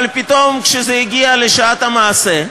אבל פתאום, כשזה הגיע לשעת המעשה,